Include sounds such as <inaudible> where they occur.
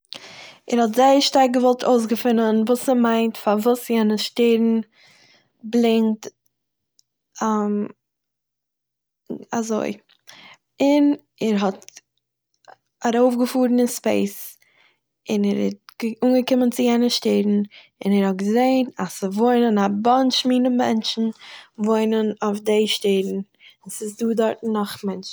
ער האט זייער שטארק געוואלט אויסגעפינען וואס ס'מיינט, פארוואס יענע שטערן בלעימט <hesitation> אזוי, און ער האט ארויפגעפארן אין ספעיס, און ער האט אנגעקומען צו יענע שטערן און ער האט געזעהן אז ס'וואוינען א באנטש מיני מענטשן וואוינען אויף די שטערן, און ס'איז דא דארט נאך מענטשן